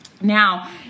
Now